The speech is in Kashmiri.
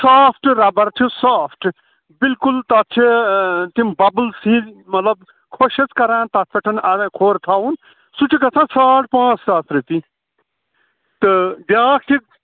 سافٹہٕ رَبَر چھُ سافٹہٕ بِلکُل تَتھ چھِ تِم بَبُل ہِیٛوٗ مطلب خۄشک کَران تَتھ پٮ۪ٹھ اَگرے کھۄر تھاوُن سُہ چھُ گژھان ساڑ پانٛژھ ساس رۄپیہِ تہٕ بیٛاکھ چھِ